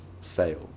fail